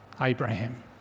Abraham